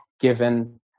given